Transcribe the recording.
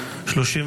נתקבלה.